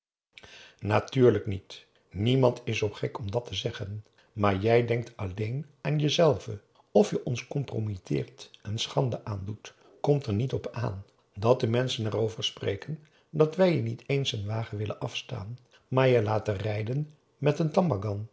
natuurlijk niet niemand is zoo gek om dat te zeggen maar jij denkt alleen aan je zelve of je ons compromitteert en schande aan doet komt er niet op aan of de menschen er over spreken dat wij je niet een eens wagen willen afstaan maar je laten rijden met een